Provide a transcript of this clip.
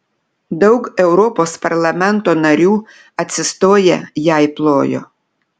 daug europos parlamento narių atsistoję jai plojo